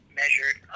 measured